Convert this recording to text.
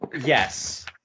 Yes